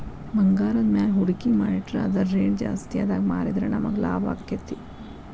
ಭಂಗಾರದ್ಮ್ಯಾಲೆ ಹೂಡ್ಕಿ ಮಾಡಿಟ್ರ ಅದರ್ ರೆಟ್ ಜಾಸ್ತಿಆದಾಗ್ ಮಾರಿದ್ರ ನಮಗ್ ಲಾಭಾಕ್ತೇತಿ